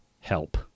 help